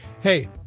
Hey